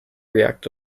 react